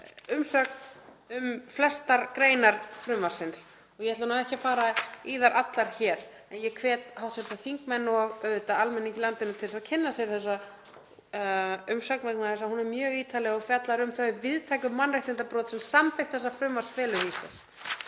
umsögn um flestar greinar frumvarpsins. Ég ætla nú ekki að fara í þær allar hér, en ég hvet hv. þingmenn og auðvitað almenning í landinu til þess að kynna sér þessa umsögn vegna þess að hún er mjög ítarleg og fjallar um þau víðtæku mannréttindabrot sem samþykkt þessa frumvarps felur í sér.